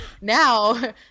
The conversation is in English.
Now